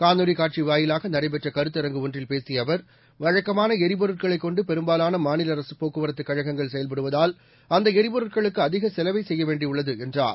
காணொலிக் காட்சி வாயிலாக நடைபெற்ற கருத்தரங்கு ஒன்றில் பேசிய அவர் வழக்கமான எரிபொருட்களை கொண்டு பெரும்பாலான மாநில அரசு போக்குவரத்துக் கழகங்கள் செயல்படுவதால் அந்த எரிபொருட்களுக்கு அதிக செலவை செய்ய வேண்டியுள்ளது என்றார்